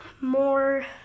more